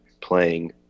playing